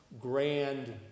grand